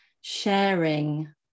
sharing